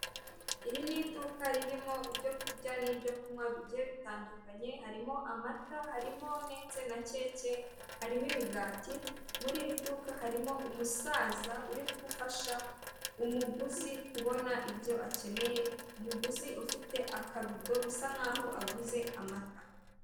Iri ni iduka ririmo ibyo kurya n'ibyo kunywa bigiye bitandukanye, harimo amata, harimo ndetse na keke, harimo imigati, muri iri duka harimo umusaza uri gufasha umuguzi kubona ibyo akeneye, umuguzi ufite akabido, bisa nk'aho aguze amata.